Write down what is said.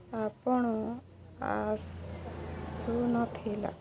ଆପଣ ଆସୁନଥିଲା